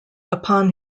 upon